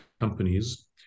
companies